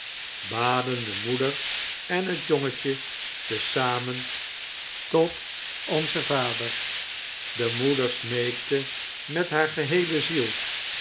baden de moeder en het jongetje te zamen tot onzen vader de moeder smeekte met haar geheele ziel